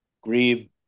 grieve